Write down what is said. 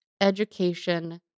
education